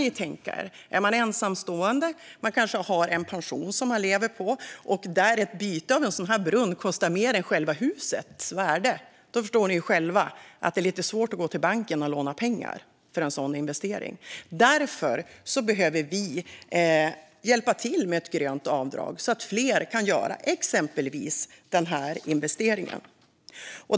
Om man är ensamstående, kanske har en pension som man lever på, och ett byte av brunn kostar mer än själva husets värde förstår ni själva att det är lite svårt att gå till banken och låna pengar till en sådan investering. Därför behöver vi hjälpa till med ett grönt avdrag så att fler kan göra exempelvis denna investering.